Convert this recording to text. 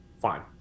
fine